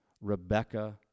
Rebecca